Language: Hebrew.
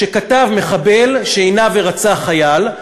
שכתב מחבל שעינה ורצח חייל,